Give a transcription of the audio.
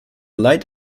light